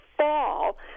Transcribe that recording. fall